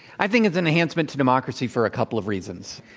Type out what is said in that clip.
i think it's an enhancement to democracy for a couple of reasons.